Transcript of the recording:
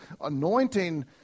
anointing